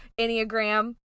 Enneagram